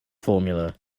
formula